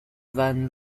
van